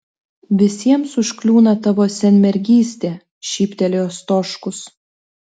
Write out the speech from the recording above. visiems užkliūna tavo senmergystė šyptelėjo stoškus